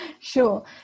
sure